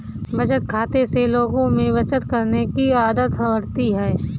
बचत खाते से लोगों में बचत करने की आदत बढ़ती है